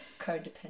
Codependent